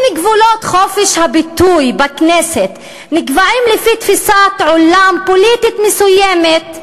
אם גבולות חופש הביטוי בכנסת נקבעים לפי תפיסת עולם פוליטית מסוימת,